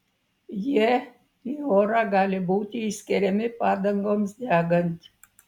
jie į orą gali būti išskiriami padangoms degant